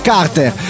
Carter